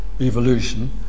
evolution